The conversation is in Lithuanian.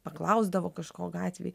paklausdavo kažko gatvėj